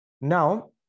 Now